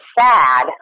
sad